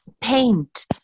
paint